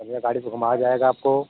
बढ़िया गाड़ी से घुमाया जाएगा आपको